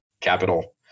capital